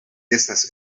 estas